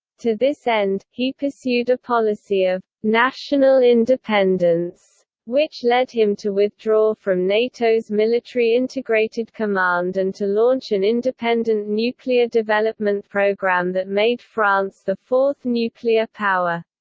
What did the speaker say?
to this end, he pursued a policy of national independence which led him to withdraw from nato's military integrated command and to launch an independent nuclear development program that made france the fourth nuclear power.